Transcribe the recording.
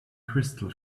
crystal